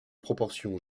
proportions